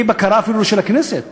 אפילו בלי בקרה של הכנסת.